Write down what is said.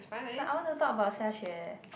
but I want to talk about xiaxue